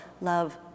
love